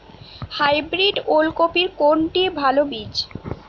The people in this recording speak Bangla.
হাইব্রিড ওল কপির কোনটি ভালো বীজ?